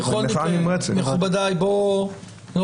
אבל הרעיון הוא כאן המדיניות שבאה לידי ביטוי בתקנות.